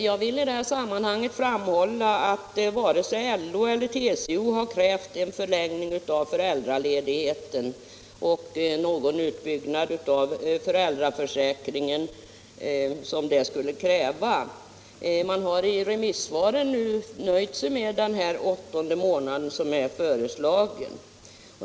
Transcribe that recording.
Jag vill i detta sammanhang framhålla att varken LO eller TCO krävt en förlängning av föräldraledigheten och den utbyggnad av föräldraförsäkringen som det skulle kräva. Man har i remissvaren nöjt sig med den åttonde månaden som är föreslagen.